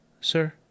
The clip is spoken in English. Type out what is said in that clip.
sir